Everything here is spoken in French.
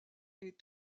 est